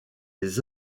des